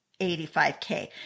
85K